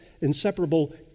inseparable